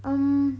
um